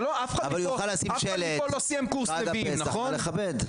אף אחד פה לא סיים קורס נביאים, נכון?